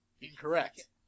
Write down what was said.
Incorrect